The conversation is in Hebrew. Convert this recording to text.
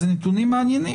אלה נתונים מעניינים,